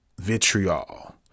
vitriol